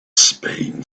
spain